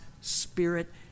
Spirit